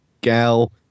gal